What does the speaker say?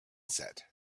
set